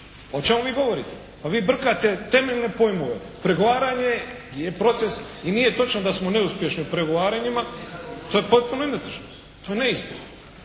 O čemu vi govorite? Pa vi brkate temeljne pojmove. Pregovaranje je proces i nije točno da smo neuspješni u pregovaranjima. To je potpuno netočno, to je neistina.